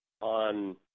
on